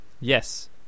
Yes